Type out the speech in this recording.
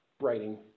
writing